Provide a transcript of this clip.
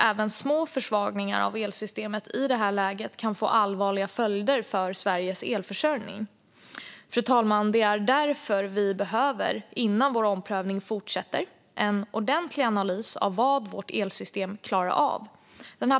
Även små försvagningar av elsystemet i det här läget kan få allvarliga följder för Sveriges elförsörjning. Fru talman! Det är därför vi innan vår omprövning fortsätter behöver en ordentlig analys av vad vårt elsystem klarar av.